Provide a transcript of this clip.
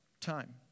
Time